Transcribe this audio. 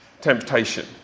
temptation